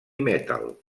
metal